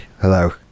hello